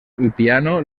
piano